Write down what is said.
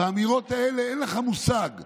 והאמירות האלה, אין לך מושג.